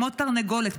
"כמו תרנגולת",